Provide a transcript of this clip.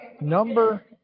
number